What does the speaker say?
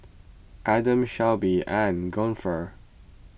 Adam Shoaib and Guntur